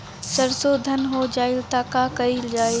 सरसो धन हो जाई त का कयील जाई?